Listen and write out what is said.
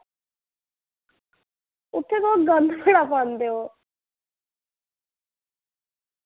उत्थें तुस गंद बड़ा पांदे ओ